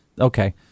Okay